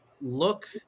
Look